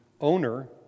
Owner